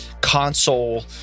console